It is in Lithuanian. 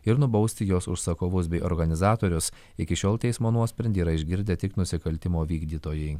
ir nubausti jos užsakovus bei organizatorius iki šiol teismo nuosprendį yra išgirdę tik nusikaltimo vykdytojai